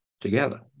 together